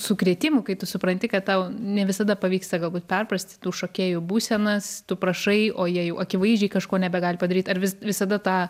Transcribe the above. sukrėtimų kai tu supranti kad tau ne visada pavyksta galbūt perprasti tų šokėjų būsenas tu prašai o jie jau akivaizdžiai kažko nebegali padaryt ar vis visada tą